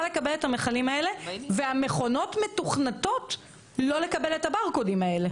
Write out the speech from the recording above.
לקבל את המכלים האלה והמכונות מתוכנתות לא לקבל את הברקודים האלה.